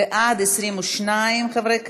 בעד, 22 חברי כנסת,